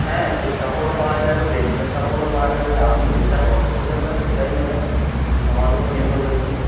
হ্যাঁ ছিট কাপড়ও পাওয়া যাবে রেডি মেড কাপড়ও পাওয়া যাবে আপনি যেটা পছন্দ করবেন সেটাই নেবেন তোমার উপর নির্ভর করছে